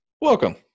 welcome